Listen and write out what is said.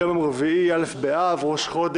היום יום רביעי, א' באב, ראש חודש,